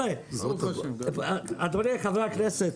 רבותיי חברי הכנסת,